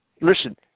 listen